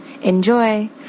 Enjoy